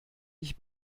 ich